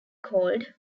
called